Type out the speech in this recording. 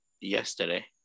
yesterday